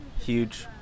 huge